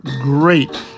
great